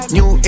New